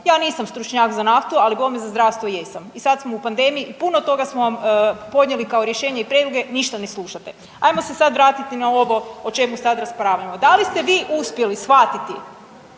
Ja nisam stručnjak za naftu, ali bome za zdravstvo jesam i sad smo u pandemiji puno toga smo vam podnijeli kao rješenje i prijedloge ništa ne slušate. Ajmo se sad vratiti na ovo o čemu sad raspravljamo, da li ste vi uspjeli shvatiti